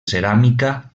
ceràmica